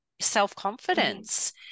self-confidence